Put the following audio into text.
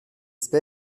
cette